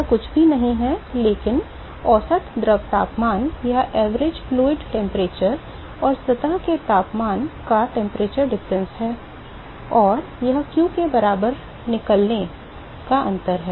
तो यह कुछ भी नहीं है लेकिन औसत द्रव तापमान और सतह के तापमान का तापमान अंतर है और यह q के बाहर निकलने का अंतर है